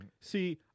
See